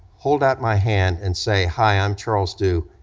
hold out my hand, and say, hi, i'm charles dew,